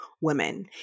women